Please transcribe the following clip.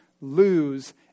lose